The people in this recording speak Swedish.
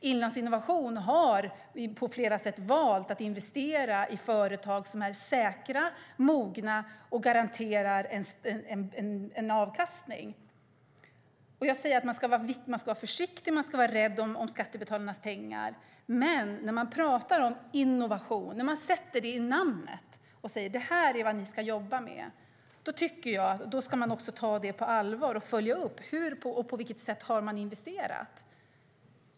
Inlandsinnovation har valt att investera i företag som är säkra, mogna och garanterar en avkastning. Man ska vara försiktig och rädd om skattebetalarnas pengar, men när man talar om innovation och säger att det här är vad de ska jobba med, då tycker jag att man ska ta det på allvar och följa upp på vilket sätt de har investerat.